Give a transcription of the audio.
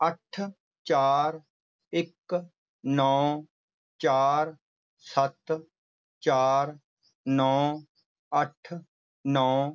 ਅੱਠ ਚਾਰ ਇੱਕ ਨੌ ਚਾਰ ਸੱਤ ਚਾਰ ਨੌ ਅੱਠ ਨੌ